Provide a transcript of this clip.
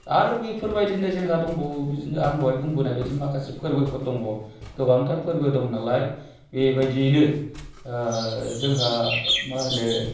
आरो बेफोरबायदिनो जोंहा दंबावो बिदिनो आं दहाय बुंबोनाय बायदि माखासे फोरबोफोर दङ गोबांथार फोरबो दंनालाय बेबायदियैनो जोंहा मा होनो